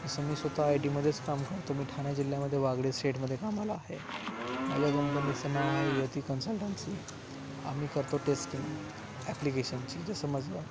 असं मी स्वतः आय टीमध्येच काम करतो मी ठाणे जिल्ह्यामध्ये वागळे स्टेटमध्ये कामाला आहे माझ्या कंपनीचं नाव आहे यती कन्सल्टन्सी आम्ही करतो टेस्टिंग ॲप्लिकेशनची जसं माझं